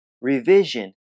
revision